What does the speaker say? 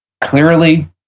clearly